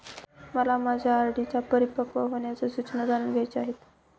मला माझ्या आर.डी च्या परिपक्व होण्याच्या सूचना जाणून घ्यायच्या आहेत